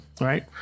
Right